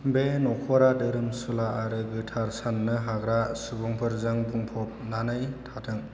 बे नखरा धोरोमसुला आरो गोथार साननो हाग्रा सुबुंफोरजों बुंफबनानै थाथों